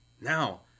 Now